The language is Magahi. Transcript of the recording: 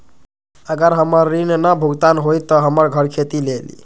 अगर हमर ऋण न भुगतान हुई त हमर घर खेती लेली?